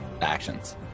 actions